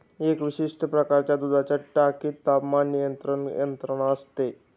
एका विशिष्ट प्रकारच्या दुधाच्या टाकीत तापमान नियंत्रण यंत्रणा असते